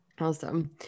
Awesome